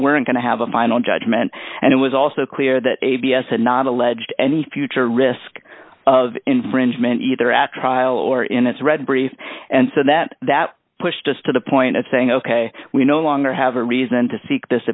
weren't going to have a final judgment and it was also clear that a b s had not alleged any future risk of infringement either at trial or in its read brief and so that that pushed us to the point of saying ok we no longer have a reason to seek this